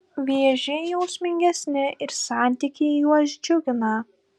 vėžiai jausmingesni ir santykiai juos džiugina